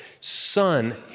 Son